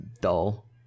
dull